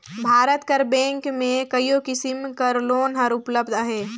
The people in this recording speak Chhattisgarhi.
भारत कर बेंक में कइयो किसिम कर लोन हर उपलब्ध अहे